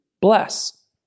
bless